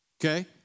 okay